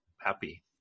happy